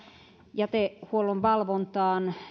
jätehuollon valvontaan